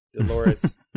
Dolores